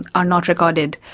and are not recorded,